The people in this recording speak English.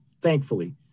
thankfully